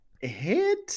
hit